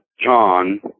John